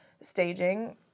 staging